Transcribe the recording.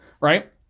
right